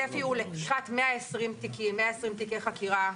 120 תיקים, 120 תיקי חקירה,